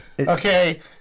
Okay